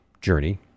journey